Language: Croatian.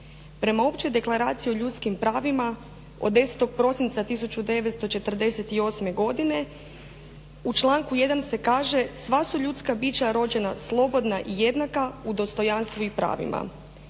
Prema Općoj deklaraciji o ljudskim pravima od 10.prosinca 1948. godine u članku 1. se kaže: sva su ljudska bića rođena slobodna i jednaka u dostojanstvu i pravima.